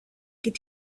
could